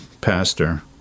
pastor